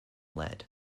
led